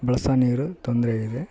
ಬಳ್ಸೋ ನೀರು ತೊಂದರೆಯಿದೆ